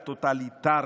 הטוטליטרי,